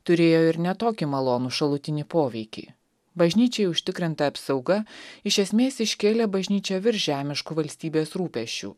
turėjo ir ne tokį malonų šalutinį poveikį bažnyčiai užtikrinta apsauga iš esmės iškėlė bažnyčią virš žemiškų valstybės rūpesčių